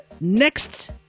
next